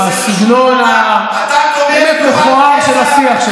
עם הסגנון המכוער של השיח שלך.